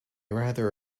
rather